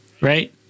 right